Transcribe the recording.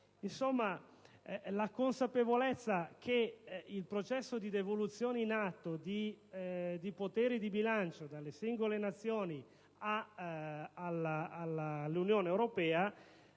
Insomma, la consapevolezza del processo in atto di devoluzione dei poteri di bilancio dalle singole Nazioni all'Unione europea